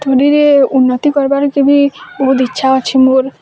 ଷ୍ଟଡ଼ିରେ ଉନ୍ନତ୍ତି କରବାର୍ କେ ବି ବହୁତ ଇଚ୍ଛା ଅଛି ମୋର୍